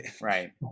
Right